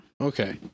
Okay